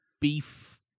beef